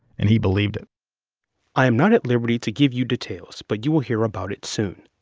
and he believed it i am not at liberty to give you details, but you will hear about it soon.